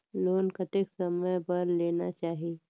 Loan कतेक समय बर लेना चाही?